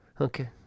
Okay